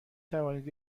توانید